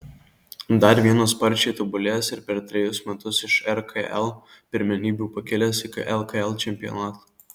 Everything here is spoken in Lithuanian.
dar vienas sparčiai tobulėjęs ir per trejus metus iš rkl pirmenybių pakilęs iki lkl čempionato